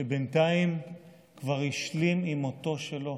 שבינתיים כבר השלים עם מותו שלו.